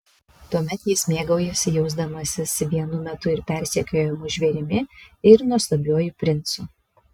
tuomet jis mėgaujasi jausdamasis vienu metu ir persekiojamu žvėrimi ir nuostabiuoju princu